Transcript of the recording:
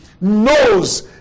knows